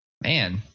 Man